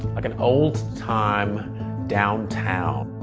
like an old time downtown,